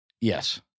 yes